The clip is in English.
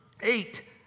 eight